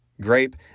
grape